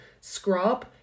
scrub